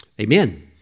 amen